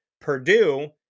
Purdue